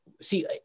See